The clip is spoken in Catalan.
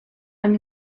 amb